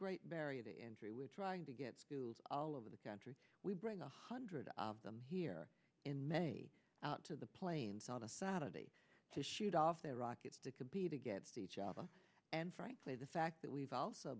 great barrier to entry we're trying to get all over the country we bring a hundred of them here in many out to the plains on a saturday to shoot off their rockets to compete against each other and frankly the fact that we've also